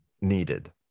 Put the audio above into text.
needed